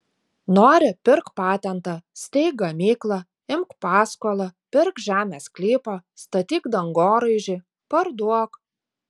nori pirk patentą steik gamyklą imk paskolą pirk žemės sklypą statyk dangoraižį parduok